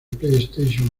playstation